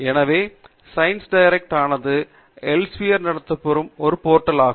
எனவே சைன்ஸ்டைரக்ட் ஆனது எல்சேவியர் நடத்தப்படும் ஒரு போர்ட்டல் ஆகும்